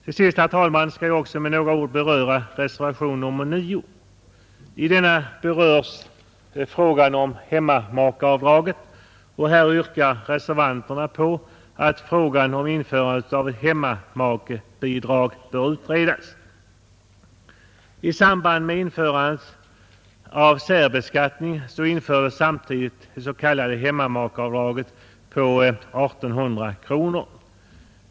Till sist, herr talman, skall jag också med några ord beröra reservationen 9. I denna tas hemmamakeavdraget upp och reservanterna yrkar att frågan om införande av hemmamakebidrag skall utredas. I samband med införandet av särbeskattning infördes det s.k. hemmamakeavdraget på 1 800 kronor.